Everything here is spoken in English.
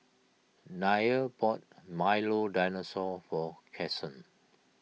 Nia bought Milo Dinosaur for Cason